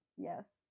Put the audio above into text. Yes